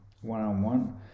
one-on-one